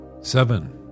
Seven